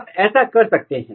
आप ऐसा कैसे कर सकते हैं